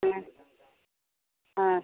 ആ